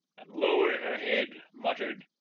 and, lowering her head, muttered